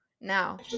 now